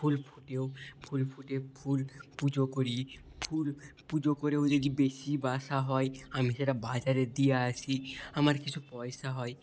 ফুল ফোটেও ফুল ফুটিয়ে ফুল পুজো করি ফুল পুজো করেও যদি বেশি বাসা হয় আমি সেটা বাজারে দিয়ে আসি আমার কিছু পয়সা হয়